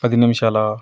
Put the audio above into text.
పది నిమిషాలా